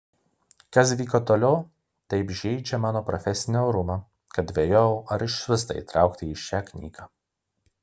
kas vyko toliau taip žeidžia mano profesinį orumą kad dvejojau ar išvis tai įtraukti į šią knygą